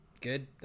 good